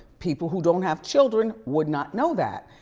people who don't have children would not know that.